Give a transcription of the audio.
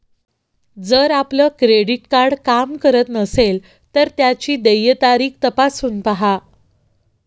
जर आपलं credit card काम करत नसेल तर त्याची देय तारीख तपासून पाहा